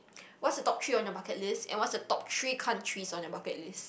what's the top three on your bucket list and what's the top three countries on your bucket list